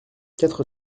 quatre